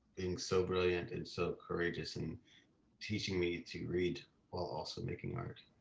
being so brilliant and so courageous and teaching me to read while also making art.